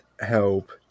help